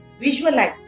visualize